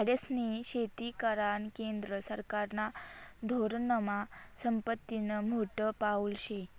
झाडेस्नी शेती करानं केंद्र सरकारना धोरनमा संपत्तीनं मोठं पाऊल शे